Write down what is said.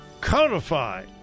codify